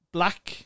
Black